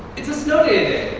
it's a snow day today.